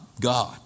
God